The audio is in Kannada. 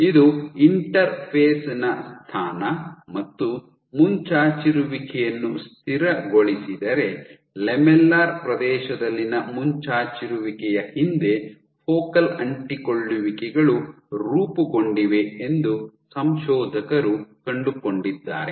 ಇದು ಇಂಟರ್ಫೇಸ್ನ ಸ್ಥಾನ ಮತ್ತು ಮುಂಚಾಚಿರುವಿಕೆಯನ್ನು ಸ್ಥಿರಗೊಳಿಸಿದರೆ ಲ್ಯಾಮೆಲ್ಲರ್ ಪ್ರದೇಶದಲ್ಲಿನ ಮುಂಚಾಚಿರುವಿಕೆಯ ಹಿಂದೆ ಫೋಕಲ್ ಅಂಟಿಕೊಳ್ಳುವಿಕೆಗಳು ರೂಪುಗೊಂಡಿವೆ ಎಂದು ಸಂಶೋಧಕರು ಕಂಡುಕೊಂಡಿದ್ದಾರೆ